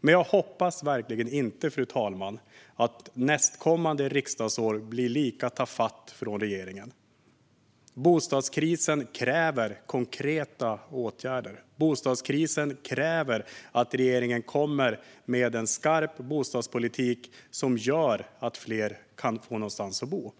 Men jag hoppas verkligen inte att nästkommande riksdagsår blir lika tafatt från regeringens sida. Bostadskrisen kräver konkreta åtgärder. Bostadskrisen kräver att regeringen kommer med en skarp bostadspolitik som gör att fler kan få någonstans att bo.